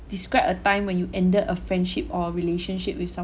describe a time when you ended a friendship or a relationship with some~